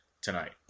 tonight